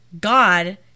God